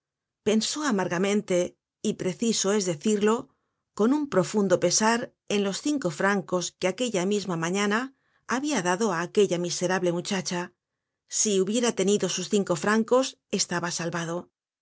pensó amargamente y preciso es decirlo con un profundo pesar en los cinco francos que aquella misma mañana habia dado á aquella miserable muchacha si hubiera tenido sus cinco francos estaba salvado